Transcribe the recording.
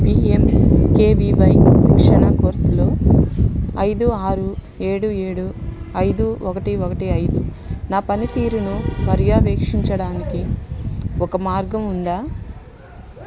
PM KVY శిక్షణ కోర్సులో ఐదు ఆరు ఏడు ఏడు ఐదు ఒకటి ఒకటి ఐదు నా పనితీరును పర్యవేక్షించడానికి ఒక మార్గం ఉందా